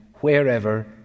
wherever